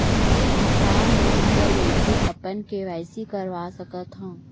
का मैं घर बइठे अपन के.वाई.सी करवा सकत हव?